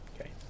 Okay